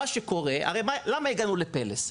הרי למה הקמנו את "פלס"?